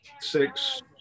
six